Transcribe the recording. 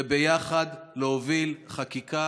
וביחד להוביל חקיקה